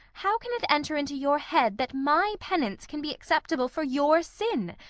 how can it enter into your head, that my penance can be acceptable for your sin?